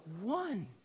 one